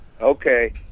Okay